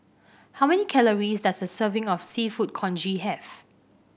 how many calories does a serving of seafood Congee have